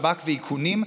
שב"כ ואיכונים,